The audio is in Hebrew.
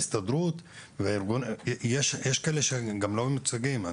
יש את ההסתדרות והכל אבל יש כאלה שהם גם לא מיוצגים.